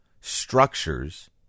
structures